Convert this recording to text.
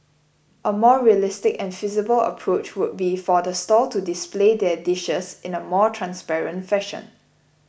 a more realistic and feasible approach would be for the stall to display their dishes in a more transparent fashion